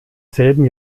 selben